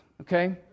okay